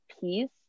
piece